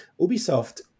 Ubisoft